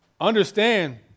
Understand